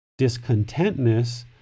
discontentness